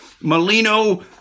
Molino